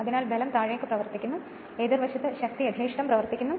അതിനാലാണ് ബലം താഴേക്ക് പ്രവർത്തിക്കുന്നത് ഇവിടെ എതിർവശത്ത് ശക്തി യഥേഷ്ടം പ്രവർത്തിക്കുന്നു